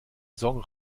song